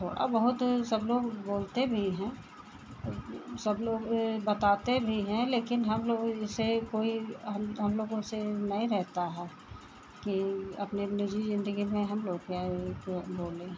और बहुत सब लोग बोलते भी हैं सब लोग बताते भी हैं लेकिन हमलोग जैसे कोई हम हमलोगों से नहीं रहता है कि अपनी निजी ज़िन्दगी में हम लोग क्या क्या बोलें